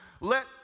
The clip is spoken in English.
Let